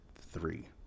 three